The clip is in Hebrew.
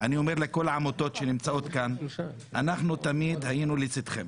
אני אומר לכל העמותות שנמצאות כאן: אנחנו תמיד היינו לצדכם,